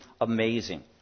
amazing